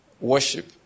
worship